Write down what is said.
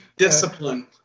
Discipline